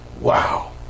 wow